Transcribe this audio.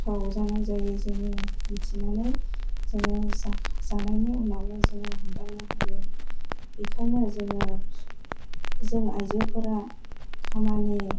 गोथाव जानाय जायो जोङो मिथिनानै जोङो जानायनि उनावनो जोङो हमदांनो हानो बिखायनो जोङो जों आइजोफोरा खामानि